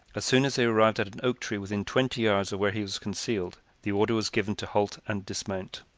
as soon as they arrived at an oak tree within twenty yards of where he was concealed, the order was given to halt and dismount